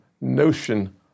notion